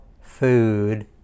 food